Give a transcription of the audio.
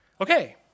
Okay